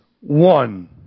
one